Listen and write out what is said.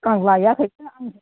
आं लाइयाखैसो आंनि गोसो बे